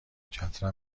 چترم